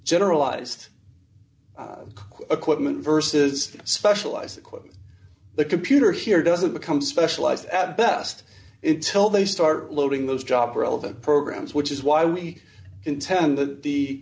generalized equipment versus specialized equipment the computer here doesn't become specialized at best it till they start loading those job relevant programs which is why we intend that the